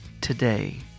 today